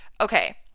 okay